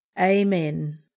Amen